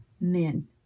men